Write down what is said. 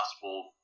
possible